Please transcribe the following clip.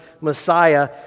Messiah